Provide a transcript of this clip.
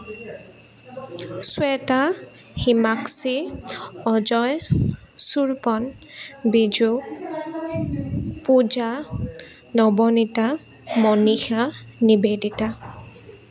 Sweta Himakshi Ajay Swapan Biju Puja Nabanita Manisha Nivedita